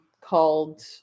called